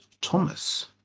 Thomas